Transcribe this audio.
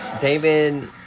David